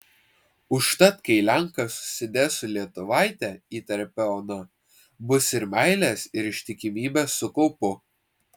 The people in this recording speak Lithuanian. užtat kai lenkas susidės su lietuvaite įterpia ona bus ir meilės ir ištikimybės su kaupu